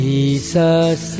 Jesus